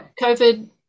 COVID